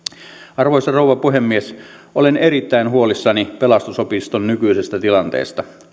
arvoisa rouva puhemies olen erittäin huolissani pelastusopiston nykyisestä tilanteesta